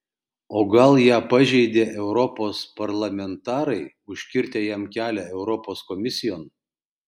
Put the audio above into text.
o gal ją pažeidė europos parlamentarai užkirtę jam kelią europos komisijon